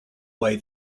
way